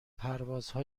پروازها